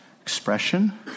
Expression